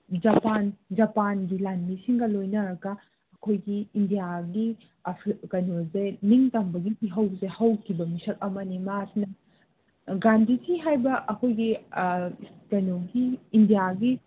Japan ꯖꯄꯥꯟꯒꯤ ꯂꯥꯟꯃꯤꯁꯤꯡꯒ ꯂꯣꯏꯅꯔꯒ ꯑꯩꯈꯣꯏꯒꯤ ꯏꯟꯗꯤꯌꯥꯒꯤ ꯀꯩꯅꯣꯁꯦ ꯅꯤꯡꯇꯝꯕꯒꯤ ꯏꯍꯧꯁꯦ ꯍꯧꯈꯤꯕ ꯃꯤꯁꯛ ꯑꯃꯅꯤ ꯃꯥꯁꯤꯅ ꯒꯥꯟꯗꯤꯖꯤ ꯍꯥꯏꯕ ꯑꯩꯈꯣꯏꯒꯤ ꯀꯩꯅꯣꯒꯤ ꯏꯟꯗꯤꯌꯥꯒꯤ